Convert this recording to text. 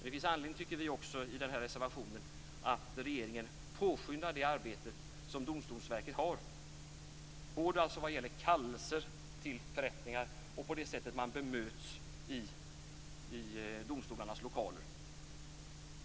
I reservationen tycker vi också att det finns anledning för regeringen att påskynda Domstolsverkets arbete både vad gäller kallelser till förrättningar och vad gäller sättet att bemöta vittnen och målsägare i domstolens lokaler.